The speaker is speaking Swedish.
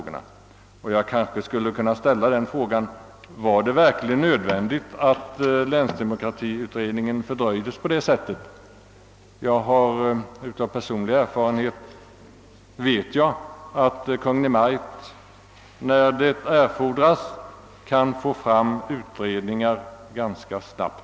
Och jag ställer frågan: Var det verkligen nödvändigt att länsdemokratiutredningens arbete fördröjdes på detta sätt? Av personlig erfarenhet vet jag att Kungl. Maj:t när så erfordras kan få fram utredningsbetänkanden ganska snabbt.